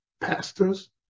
pastors